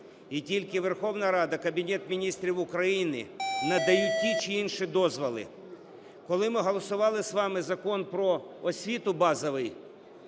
і тільки Верховна Рада, Кабінет Міністрів України надають ті чи інші дозволи. Коли ми голосували з вами Закон "Про освіту" базовий,